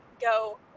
go